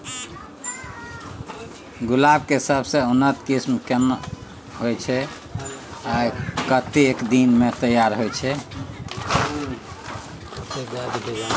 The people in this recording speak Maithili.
गुलाब के सबसे उन्नत किस्म केना होयत छै आ कतेक दिन में तैयार होयत छै?